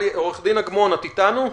עו"ד אגמון, את אתנו?